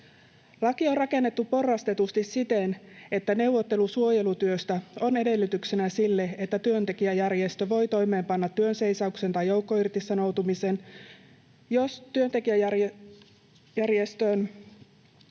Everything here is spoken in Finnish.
Laki on rakennettu porrastetusti siten, että neuvottelu suojelutyöstä on edellytyksenä sille, että työntekijäjärjestö voi toimeenpanna työnseisauksen tai joukkoirtisanoutumisen, ja jos työntekijäjärjestöön